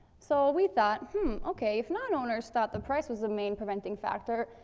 so we thought, hmm, okay. if non-owners thought the price was the main preventing factor,